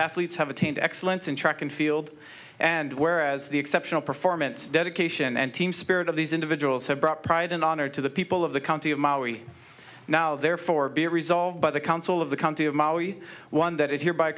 athletes have attained excellence in track and field and whereas the exceptional performance dedication and team spirit of these individuals have brought pride and honor to the people of the county of maui now therefore be resolved by the council of the county of mali one that is here by